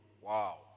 wow